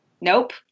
nope